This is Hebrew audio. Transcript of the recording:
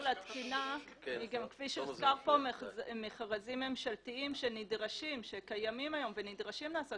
גם מכרזים ממשלתיים שקיימים היום ונדרשים לעשות